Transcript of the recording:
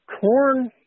corn